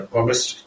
August